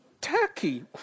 turkey